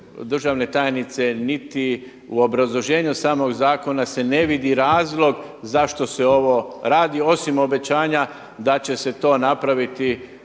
državne tajnice niti u obrazloženju samog zakona se ne vidi razlog zašto se ovo radi osim obećanja da će se to napraviti